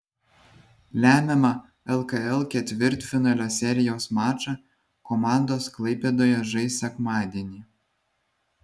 lemiamą lkl ketvirtfinalio serijos mačą komandos klaipėdoje žais sekmadienį